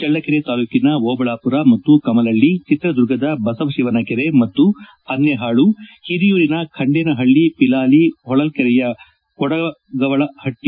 ಚಳ್ಳಕರೆ ತಾಲೂಕಿನ ಓಬಳಾಪುರ ಮತ್ತು ಕಮಲಳ್ಳಿ ಚಿತ್ರದುರ್ಗದ ಬಸವತಿವನಕೆರೆ ಮತ್ತು ಅನ್ನೇಹಾಳು ಪಿರಿಯೂರಿನ ಖಂಡೇನಹಳ್ಳಿ ಪಿಲಾಲಿ ಹೊಳಲ್ಲೆರೆಯ ಕೊಡಗವಳ್ಳಿಪಟ್ಟ